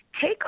Take